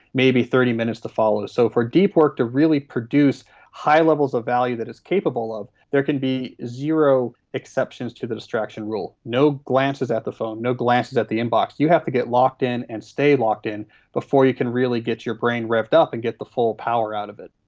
maybe thirty minutes to follow. so for deep work to really produce the high levels of value that it is capable of, there can be zero exceptions to the distraction rule. no glances at the phone, no glances at the inbox, you have to get locked in and stay locked in before you can really get your brain revved up and get the full power out of it.